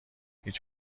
هیچ